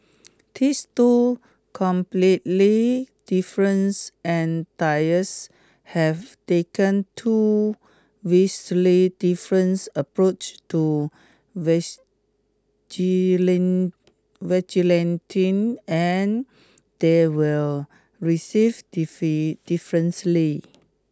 these two completely difference entities have taken two vastly difference approaches to vigilantism and they were received differently